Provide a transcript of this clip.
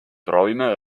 proovime